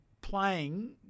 playing